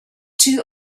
two